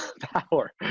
power